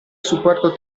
supporto